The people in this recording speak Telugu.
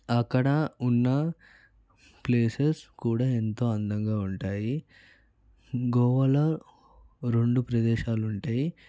అక్కడ ఉన్న ప్లేసెస్ కూడా ఎంతో అందంగా ఉంటాయి గోవాలో రెండు ప్రదేశాలు ఉంటాయి